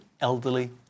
elderly